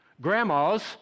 Grandma's